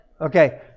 Okay